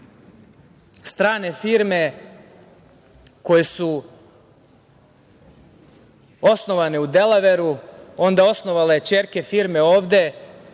Strane firme koje su osnovane u Delaveru, onda osnovale ćerke firme ovde